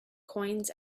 coins